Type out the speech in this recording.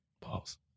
Pause